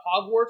Hogwarts